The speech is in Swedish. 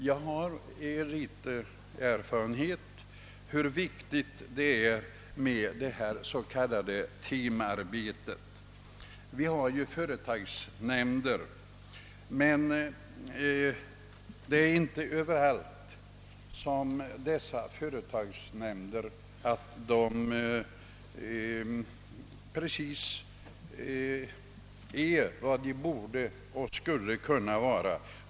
Jag har erfarenhet av hur viktigt detta team-arbete är. Det finns företagsnämnder, men de är inte överallt vad de borde och skulle kunna vara.